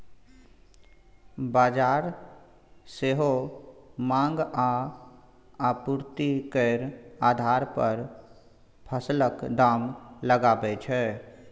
बजार सेहो माँग आ आपुर्ति केर आधार पर फसलक दाम लगाबै छै